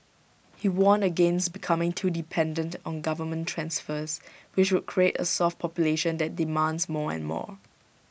he warned against becoming too dependent on government transfers which would create A soft population that demands more and more